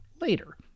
later